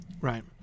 right